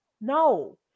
no